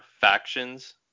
factions